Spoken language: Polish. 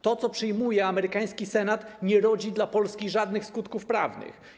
To, co przyjmuje amerykański Senat, nie rodzi dla Polski żadnych skutków prawnych.